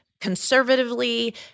conservatively